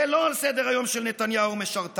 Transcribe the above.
זה לא על סדר-היום של נתניהו ומשרתיו.